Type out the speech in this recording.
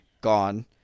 gone